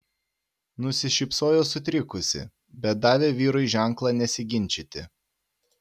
nusišypsojo sutrikusi bet davė vyrui ženklą nesiginčyti